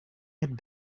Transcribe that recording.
had